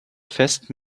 fest